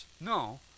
No